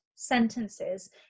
sentences